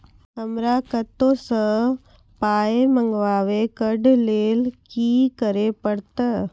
हमरा कतौ सअ पाय मंगावै कऽ लेल की करे पड़त?